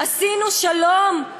עשינו שלום?